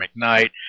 McKnight